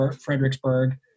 Fredericksburg